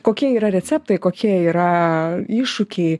kokie yra receptai kokie yra iššūkiai